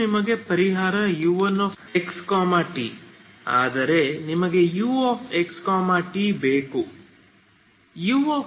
ಇದು ನಿಮ್ಮ ಪರಿಹಾರ u1xt ಆದರೆ ನಿಮಗೆ uxt ಬೇಕು